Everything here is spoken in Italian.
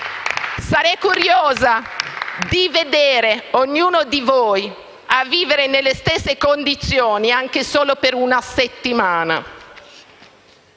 Sarei curiosa di vedere ognuno di voi vivere nelle stesse condizioni anche solo per una settimana;